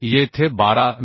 येथे 12 मि